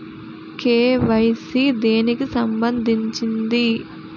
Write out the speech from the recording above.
KYC దేనికి సంబందించింది?